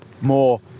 more